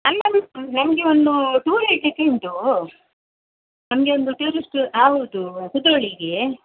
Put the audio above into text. ಅಲ್ಲ ನಮಗೆ ಒಂದು ಟೂರ್ ಹೇಳಲಿಕ್ಕೆ ಉಂಟು ನಮಗೆ ಒಂದು ಟೂರಿಸ್ಟ್ ಹೌದು ಕುದ್ರೋಳಿಗೆ